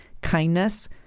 kindness